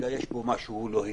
אני יודע גם על החוק,